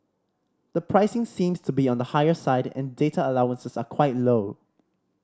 the pricing seems to be on the higher side and data allowances are quite low